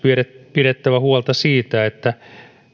pidettävä huolta siitä että